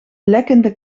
lekkende